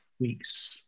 weeks